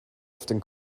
often